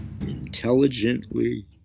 Intelligently